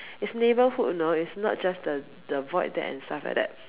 it's neighbourhood you know it's not just the the void deck and stuff like that